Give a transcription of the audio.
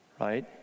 right